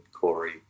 Corey